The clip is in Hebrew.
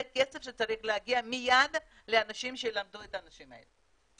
זה כסף שצריך להגיע מיד לאנשים שילמדו את האנשים האלה.